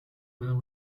well